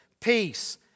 peace